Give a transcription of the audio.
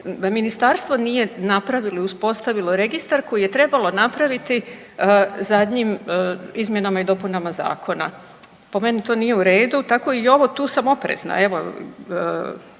ministarstvo nije napravilo, uspostavilo registar koji je trebalo napraviti zadnjim izmjenama i dopunama zakona. Po meni to nije u redu, tako i ovo tu sam oprezna evo